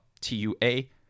T-U-A